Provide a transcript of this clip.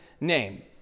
name